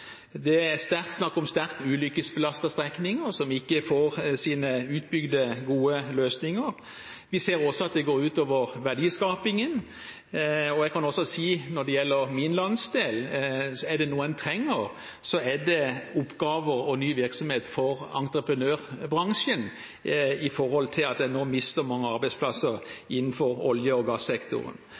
Det er snakk om sterkt ulykkesbelastede strekninger som ikke får bygd ut sine gode løsninger. Vi ser også at det går ut over verdiskapingen. Når det gjelder min landsdel, kan jeg si at er det noe en trenger, så er det oppgaver og ny virksomhet for entreprenørbransjen i sammenheng med at en nå mister mange arbeidsplasser innenfor olje- og gassektoren.